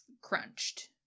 crunched